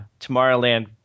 tomorrowland